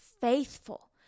faithful